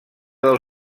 del